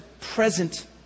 present